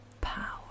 power